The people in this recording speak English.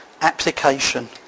application